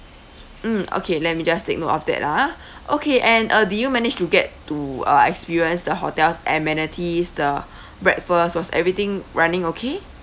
mm okay let me just take note of that ah okay and uh did you manage to get to uh experience the hotel's amenities the breakfast was everything running okay